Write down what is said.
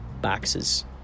boxes